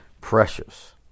precious